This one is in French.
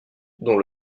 dont